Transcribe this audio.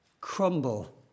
crumble